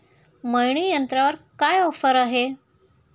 मळणी यंत्रावर काय ऑफर आहे?